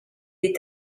est